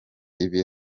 ibi